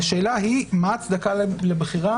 והשאלה היא מה ההצדקה לבחירה